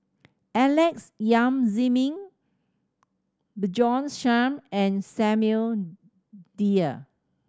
Alex Yam Ziming Bjorn Shen and Samuel Dyer